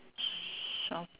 shop